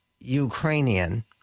Ukrainian